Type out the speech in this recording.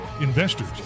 investors